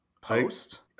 post